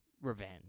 revenge